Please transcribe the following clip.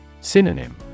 Synonym